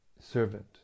servant